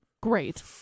Great